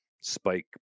spike